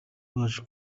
baje